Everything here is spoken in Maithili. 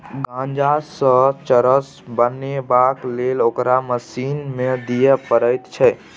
गांजासँ चरस बनेबाक लेल ओकरा मशीन मे दिए पड़ैत छै